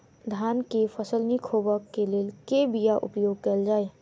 धान केँ फसल निक होब लेल केँ बीया उपयोग कैल जाय?